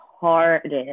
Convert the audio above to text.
hardest